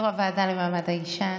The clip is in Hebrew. יו"ר הוועדה למעמד האישה,